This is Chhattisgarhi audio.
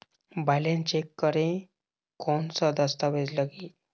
बैलेंस चेक करें कोन सा दस्तावेज लगी?